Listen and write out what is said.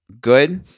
good